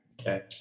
Okay